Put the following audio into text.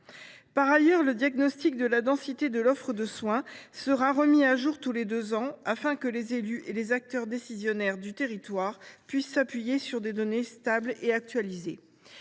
Par ailleurs, le diagnostic de la densité de l’offre de soins sera remis à jour tous les deux ans, afin que les élus et les acteurs décisionnaires du territoire puissent s’appuyer sur des données stables et actualisées.